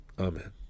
Amen